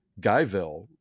Guyville